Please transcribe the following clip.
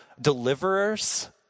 deliverers